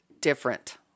Different